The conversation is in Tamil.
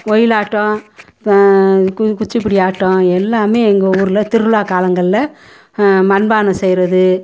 ஒயிலாட்டம் கு குச்சிப்புடி ஆட்டம் எல்லாமே எங்கள் ஊரில் திருவிழா காலங்களில் மண்பானை செய்கிறது